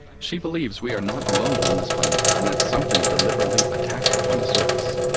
she believes we are not alone on this planet and that something deliberately attacked her on the surface.